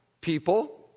people